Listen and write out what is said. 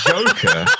Joker